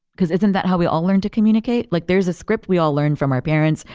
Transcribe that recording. because isn't that how we all learn to communicate? like there's a script we all learn from our parents,